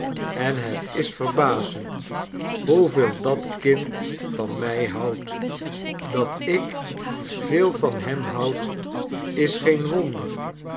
en het is verbazend hoeveel dat kind van mij houdt dat ik veel van hem houd is geen wonder